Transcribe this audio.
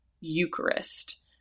Eucharist